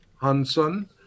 Hansen